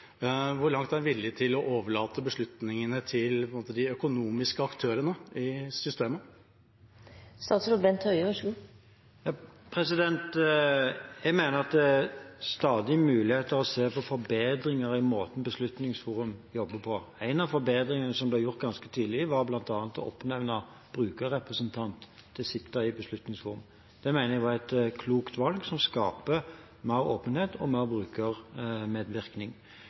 Hvor langt er han villig til å overlate beslutningene til de økonomiske aktørene i systemet? Jeg mener at det stadig er mulighet til å se på forbedringer i måten Beslutningsforum jobber på. En av forbedringene, som ble gjort ganske tidlig, var å oppnevne en brukerrepresentant til å sitte i Beslutningsforum. Det mener jeg var et klokt valg, som skaper mer åpenhet og mer brukermedvirkning.